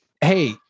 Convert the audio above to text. hey